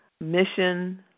mission